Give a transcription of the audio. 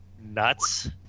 nuts